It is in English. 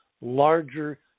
larger